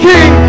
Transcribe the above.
King